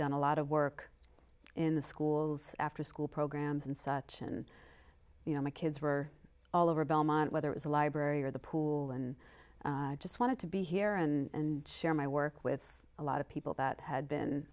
done a lot of work in the schools afterschool programs and such and you know my kids were all over belmont whether it was a library or the pool and i just wanted to be here and share my work with a lot of people that had been